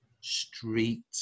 street